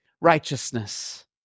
righteousness